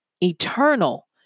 eternal